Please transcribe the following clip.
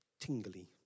tingly